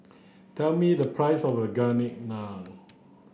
tell me the price of garlic naan